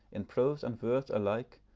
in prose and verse alike,